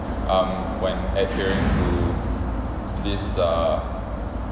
um when adhering to this err